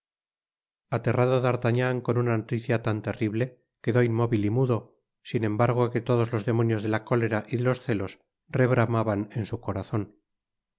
aterrado d'artagnan con una noticia tan terrible quedó inmóvil y mudo sin embargo que todos los demonios de la cólera y de los celos rebramaban en str corazon